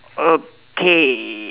okay